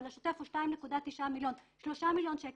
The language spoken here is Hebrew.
אבל התקציב השוטף הוא 2.9 3 מיליון שקלים